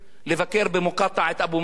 לבקר במוקטעה את אבו מאזן.